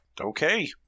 Okay